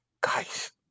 guys